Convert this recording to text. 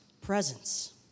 presence